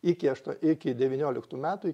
iki iki devynioliktų metų